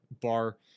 bar